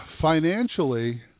financially